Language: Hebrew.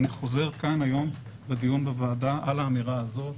אני חוזר כאן היום בדיון בוועדה על האמירה הזאת.